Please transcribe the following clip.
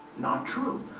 not true,